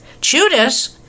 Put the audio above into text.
Judas